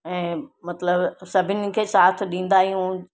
ऐं मतिलबु सभिनि खे साथ ॾींदा आहियूं